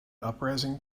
uprising